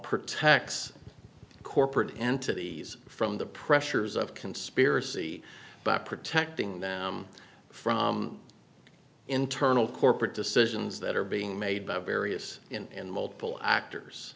protects corporate entities from the pressures of conspiracy by protecting them from internal corporate decisions that are being made by various and multiple actors